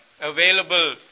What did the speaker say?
available